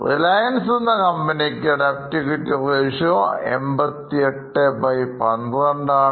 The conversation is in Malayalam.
Relianceഎന്ന കമ്പനിക്ക് Debt equity ratio 8812 ആണ്